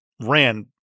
ran